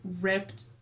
ripped